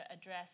address